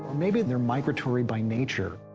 maybe they're migratory by nature.